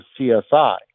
CSI